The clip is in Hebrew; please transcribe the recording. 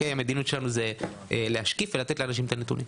המדיניות שלנו זה להשקיף ולתת לאנשים את הנתונים.